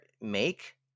make